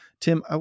Tim